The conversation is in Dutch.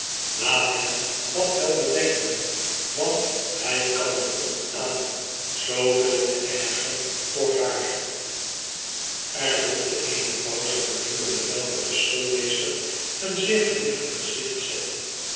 laat hem dat wel bedenken want hij kan er op aan zooveel te erger voor haar er volgde eene pauze gedurende welke de schoolmeester een zeer gewichtig gezicht zette